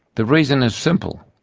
the reason is simple.